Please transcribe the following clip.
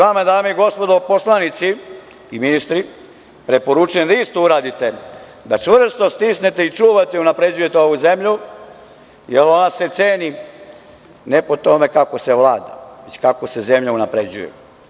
Vama, dame i gospodo poslanici i ministre, preporučujem da isto uradite, da čvrsto stisnete i čuvate i unapređujete ovu zemlju, jer ona se ceni ne po tome kako se vlada, već kako se zemlja unapređuje.